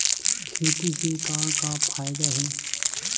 खेती से का का फ़ायदा हे?